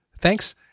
Thanks